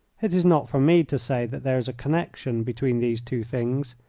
it is not for me to say that there is a connection between these two things.